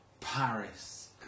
Paris